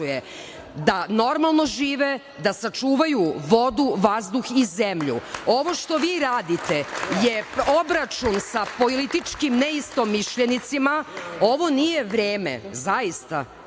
da normalno žive, da sačuvaju vodu, vazduh i zemlju. Ovo što vi radite, je obračun sa političkim neistomišljenicima, ovo nije vreme kada